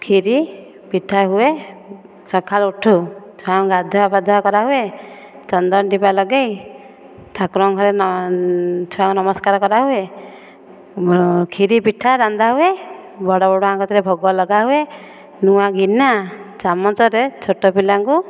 କ୍ଷିରି ପିଠା ହୁଏ ସକାଳୁ ଉଠୁ ଛୁଆଙ୍କୁ ଗାଧୁଆ ପାଧୁଆ କରାହୁଏ ଚନ୍ଦନ ଟିପା ଲଗାଇ ଠାକୁରଙ୍କ ଘରେ ଛୁଆଙ୍କୁ ନମସ୍କାର କରାହୁଏ କ୍ଷିରି ପିଠା ରନ୍ଧା ହୁଏ ବଡ଼ ବଡ଼ୁଆଙ୍କ କତିରେ ଭୋଗ ଲଗା ହୁଏ ନୂଆ ଗିନା ଚାମଚରେ ଛୋଟ ପିଲାଙ୍କୁ